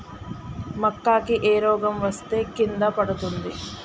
మక్కా కి ఏ రోగం వస్తే కింద పడుతుంది?